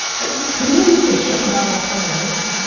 ah to me, it's just about alternatives,